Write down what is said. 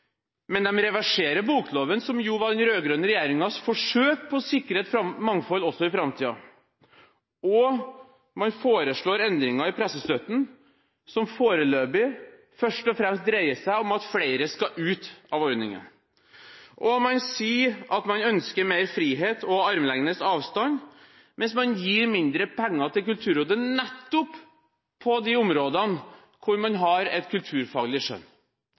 men de reverserer bokloven, som var den rød-grønne regjeringens forsøk på å sikre et mangfold også i framtiden. Og man foreslår endringer i pressestøtten som foreløpig først og fremst dreier seg om at flere skal ut av ordningen. Og man sier at man ønsker mer frihet og armlengdes avstand mens man gir mindre penger til Kulturrådet, nettopp på de områdene hvor man har et kulturfaglig skjønn.